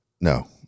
No